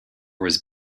was